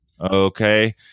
Okay